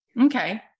okay